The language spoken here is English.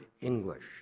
English